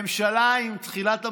הממשלה, עם תחילת המגפה,